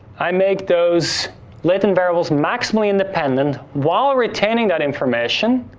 i make those latent variables maximally independent while retaining that information.